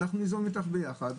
ואנחנו ניזום איתך ביחד,